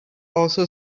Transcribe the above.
also